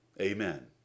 Amen